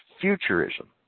futurism